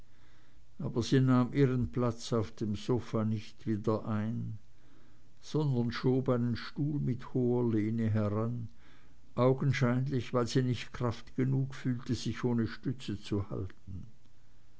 aber sie nahm ihren platz auf dem sofa nicht wieder ein sondern schob einen stuhl mit hoher lehne heran augenscheinlich weil sie nicht kraft genug fühlte sich ohne stütze zu halten